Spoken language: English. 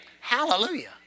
Hallelujah